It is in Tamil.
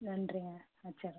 நன்றி மேம் வச்சுட்றேன்